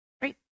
Great